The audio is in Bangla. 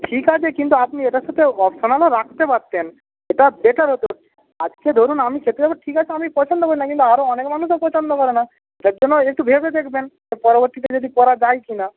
ঠিক আছে কিন্তু আপনি এটার সাথে অপশনালও রাখতে পারতেন সেটা বেটার হতো আজকে ধরুন আমি খেতে যাব ঠিক আছে আমি পছন্দ করি না কিন্তু আরও অনেক মানুষও পছন্দ করে না জন্যও একটু ভেবে দেখবেন এর পরবর্তীকালে যদি করা যায় কি না